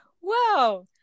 Wow